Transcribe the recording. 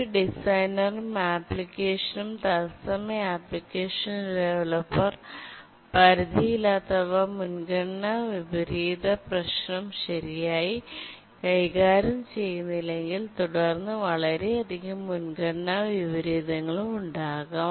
ഒരു ഡിസൈനറും ആപ്ലിക്കേഷനും തത്സമയ ആപ്ലിക്കേഷൻ ഡവലപ്പർ പരിധിയില്ലാത്തവ മുൻഗണനാ വിപരീത പ്രശ്നം ശരിയായികൈകാര്യം ചെയ്യുന്നില്ലെങ്കിൽ തുടർന്ന് വളരെയധികം മുൻഗണനാ വിപരീതങ്ങളും ഉണ്ടാകാം